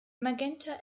magenta